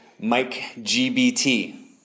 MikeGBT